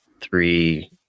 three